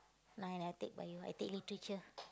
ah I take Bio I take Literature